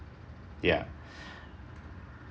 ya